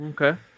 Okay